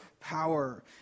power